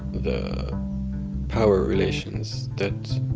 the power relations that